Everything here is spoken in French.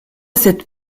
cette